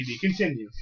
Continue